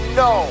no